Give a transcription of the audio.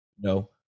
no